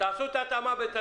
תעשו את ההתאמה.